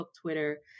Twitter